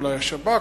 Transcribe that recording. אולי השב"כ,